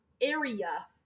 area